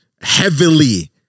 heavily